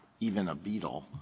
even a beetle,